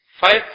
five